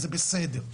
זה בסדר.